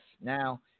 Now